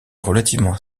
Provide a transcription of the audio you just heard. relativement